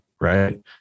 right